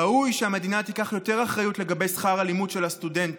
ראוי שהמדינה תיקח יותר אחריות לגבי שכר הלימוד של הסטודנטים.